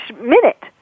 minute